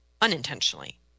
unintentionally